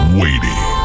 waiting